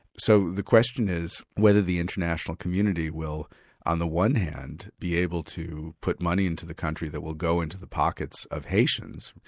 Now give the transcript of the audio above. so the question is, whether the international community will on the one hand, be able to put money into the country that will go into the pockets of haitians,